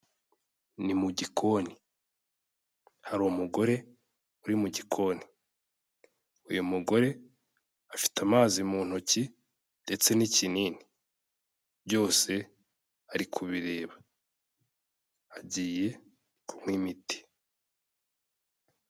Ni mu gikoni, hari umugore uri mu gikoni, uyu mugore afite amazi mu ntoki ndetse n'ikinini, byose ari kubireba, agiye kunywa imiti.